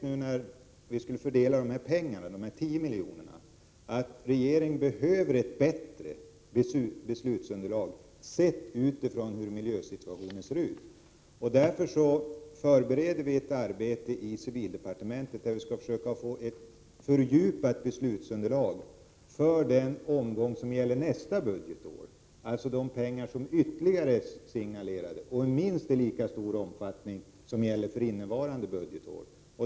När vi skulle fördela dessa 10 milj.kr. fann vi att vi behöver ett bättre beslutsunderlag sett utifrån hur miljösituationen ser ut. Därför förbereder vi ett arbete i civildepartementet som innebär att vi skall försöka få ett fördjupat beslutsunderlag för den omgång som gäller nästa budgetår, dvs. de ytterligare pengar som är signalerade, där beloppen är minst lika stora som för innevarande budgetår.